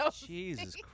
Jesus